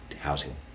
housing